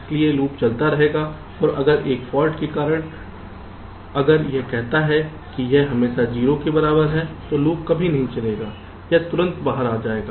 इसलिए लूप चलता रहेगा और अगर एक फाल्ट के कारण अगर यह कहता है कि यह हमेशा 0 के बराबर है तो लूप कभी नहीं चलेगा यह तुरंत बाहर आ जाएगा